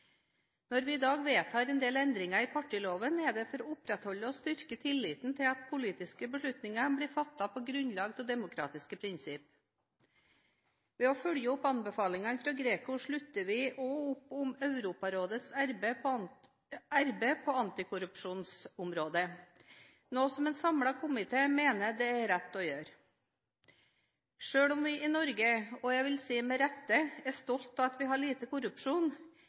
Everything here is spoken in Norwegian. Når vi i dag vedtar en del endringer i partiloven, er det for å opprettholde og styrke tilliten til at politiske beslutninger blir fattet på grunnlag av demokratiske prinsipper. Ved å følge opp anbefalingene fra GRECO slutter vi også opp om Europarådets arbeid på antikorrupsjonsområdet, noe en samlet komité mener det er rett å gjøre. Selv om vi i Norge – og jeg vil si med rette – er stolte av at vi har lite korrupsjon,